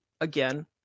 again